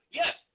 yes